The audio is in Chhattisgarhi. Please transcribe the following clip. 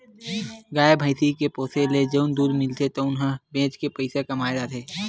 गाय, भइसी के पोसे ले जउन दूद मिलथे तउन ल बेच के पइसा कमाए जाथे